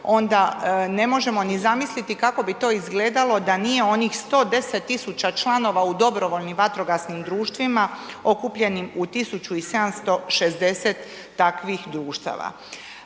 onda ne možemo ni zamisliti kako bi to izgledalo da nije onih 110.000 članova u dobrovoljnim vatrogasnim društvima okupljenim u 1.760 takvih društava.